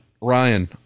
Ryan